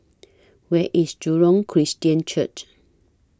Where IS Jurong Christian Church